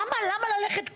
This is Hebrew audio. למה ללכת ככה?